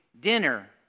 dinner